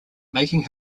making